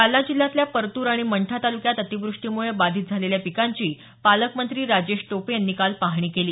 जालना जिल्ह्यातल्या परतूर आणि मंठा तालुक्यात अतिवृष्टीमुळे बाधित झालेल्या पिकांची पालकमंत्री राजेश टोपे यांनी काल पाहणी केली